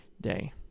day